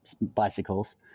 bicycles